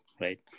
right